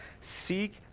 seek